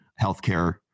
healthcare